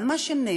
אבל מה שנעשה